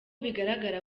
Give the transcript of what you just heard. bigaragara